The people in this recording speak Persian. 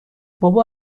بابا